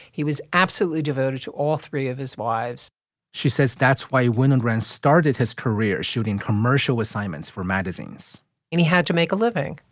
he was absolutely devoted to all three of his wives she says that's why winogrand started his career shooting commercial assignments for magazines and he had to make a living.